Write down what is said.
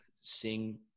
sing